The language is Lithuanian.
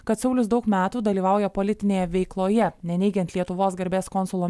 kad saulius daug metų dalyvauja politinėje veikloje neneigiant lietuvos garbės konsulo